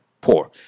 poor